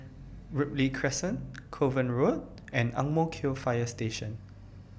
Ripley Crescent Kovan Road and Ang Mo Kio Fire Station